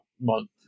month